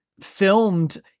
filmed